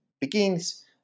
begins